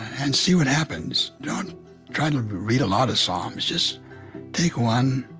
and see what happens. don't try to read a lot of psalms, just take one,